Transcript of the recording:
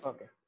Okay